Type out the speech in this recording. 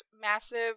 massive